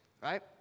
right